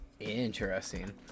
Interesting